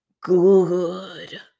Good